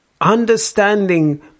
understanding